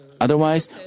Otherwise